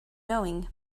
knowing